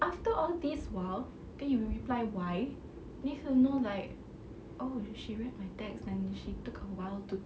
after all these while then you reply why makes you know like oh she read my text and she took a while to